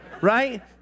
right